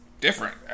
different